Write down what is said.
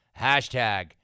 Hashtag